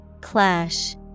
Clash